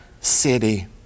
city